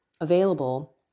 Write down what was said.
available